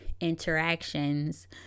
interactions